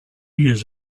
years